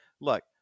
look